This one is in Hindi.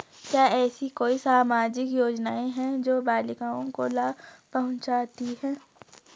क्या ऐसी कोई सामाजिक योजनाएँ हैं जो बालिकाओं को लाभ पहुँचाती हैं?